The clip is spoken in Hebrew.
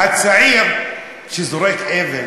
הצעיר שזורק אבן